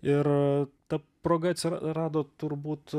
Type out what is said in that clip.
ir ta proga atsirado turbūt